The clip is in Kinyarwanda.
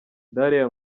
dariya